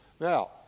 Now